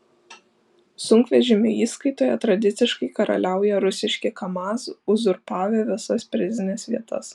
sunkvežimių įskaitoje tradiciškai karaliauja rusiški kamaz uzurpavę visas prizines vietas